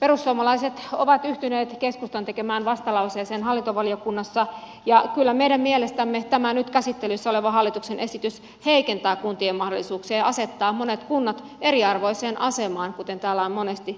perussuomalaiset ovat yhtyneet keskustan tekemään vastalauseeseen hallintovaliokunnassa ja kyllä meidän mielestämme tämä nyt käsittelyssä oleva hallituksen esitys heikentää kuntien mahdollisuuksia ja asettaa monet kunnat eriarvoiseen asemaan kuten täällä on monesti